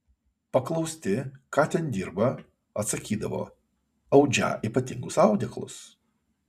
paklausti ką ten dirbą atsakydavo audžią ypatingus audeklus